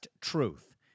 Truth